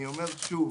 אני אומר שוב,